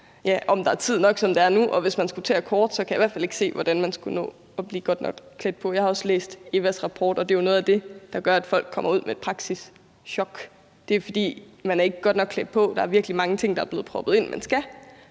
om der er tid nok, som det er nu, og hvis man skal til at forkorte det, så kan jeg i hvert fald ikke se, hvordan man skal nå at blive godt nok klædt på. Jeg har også læst EVA's rapport og kan se, at det jo er noget af det, der gør, at folk kommer ud i et praksischok. Det er, fordi man ikke er godt nok klædt på. Der er virkelig mange ting, der er blevet proppet ind, som man skal